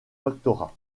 doctorat